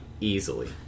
easily